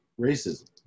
racism